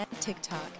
TikTok